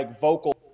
vocal